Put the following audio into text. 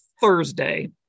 Thursday